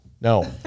No